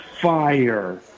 fire